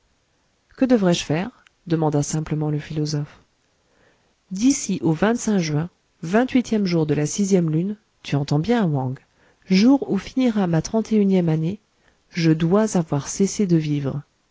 que devrai-je faire demanda simplement le philosophe d'ici au juin vingt-huitième jour de la sixième lune tu entends bien wang jour où finira ma trente et unième année je dois avoir cessé de vivre